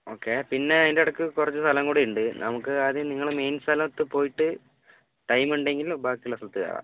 okay പിന്നെ അതിന്റിടയ്ക്ക് കുറച്ച് സ്ഥലം കൂടി ഉണ്ട് നമുക്ക് ആദ്യം നിങ്ങളെ മെയിൻ സ്ഥലത്ത് പോയിട്ട് ടൈം ഉണ്ടെങ്കിൽ ബാക്കിയുള്ള സ്ഥലത്ത് കയറാം